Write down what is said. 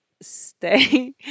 stay